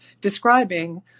describing